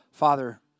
Father